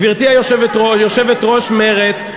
גברתי יושבת-ראש מרצ,